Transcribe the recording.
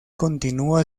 continúa